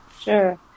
Sure